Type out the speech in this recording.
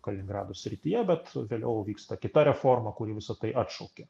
kaliningrado srityje bet vėliau vyksta kita reforma kuri visa tai atšaukė